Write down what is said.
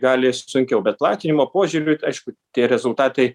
gali sunkiau bet platinimo požiūriu aišku tie rezultatai